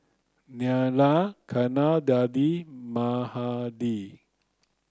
Neila Kamaladevi Mahade